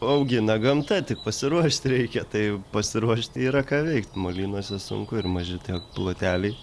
augina gamta tik pasiruošt reikia tai pasiruošti yra ką veikt molynuose sunku ir maži tiek ploteliai